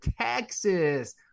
Texas